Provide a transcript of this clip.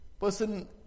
person